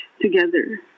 together